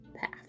path